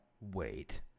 wait